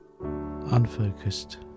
unfocused